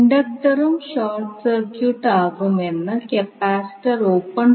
inductor ഇതായി പരിവർത്തനം ചെയ്യുമെന്നാണ് ഇതിനർത്ഥം